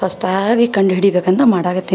ಹೊಸ್ದಾಗಿ ಕಂಡು ಹಿಡಿಬೇಕಂತ ಮಾಡಾಕತ್ತೀನಿ